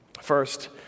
First